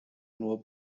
nur